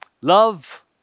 Love